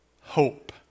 Hope